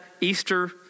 Easter